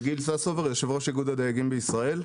אני יושב-ראש איגוד הדייגים בישראל.